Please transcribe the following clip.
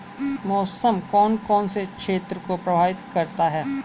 मौसम कौन कौन से क्षेत्रों को प्रभावित करता है?